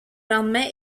lendemain